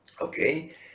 Okay